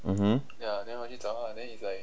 mmhmm